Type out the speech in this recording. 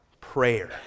prayer